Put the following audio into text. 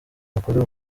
bakora